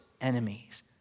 enemies